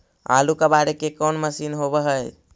आलू कबाड़े के कोन मशिन होब है?